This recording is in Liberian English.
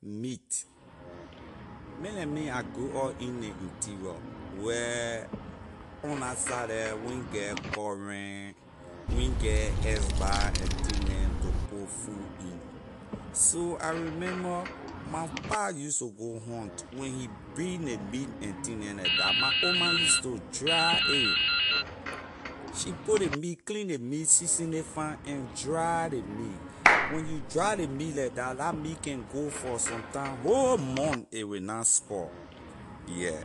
Meat, man like me I grew up in ley interior where on la side the we get current we get ice bah and thing neh to put food in so I remember my pa use to go hunt when he bring ley meat and thing neh like dah my old ma use to dry a she put ley meat clean ley meat season a fine and dry ley meat when you dry ley meat like dah la meat can go for sometime whole month a will na spoil yeah